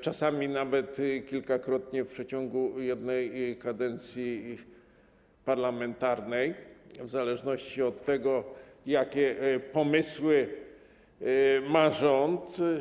czasami nawet kilkakrotnie w przeciągu jednej kadencji parlamentarnej, w zależności od tego, jakie pomysły ma rząd.